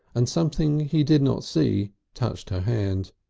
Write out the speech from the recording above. and something he did not see touched her hand.